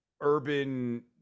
urban